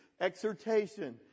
exhortation